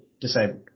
disabled